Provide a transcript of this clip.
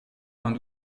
vingt